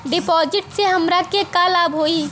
डिपाजिटसे हमरा के का लाभ होई?